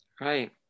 Right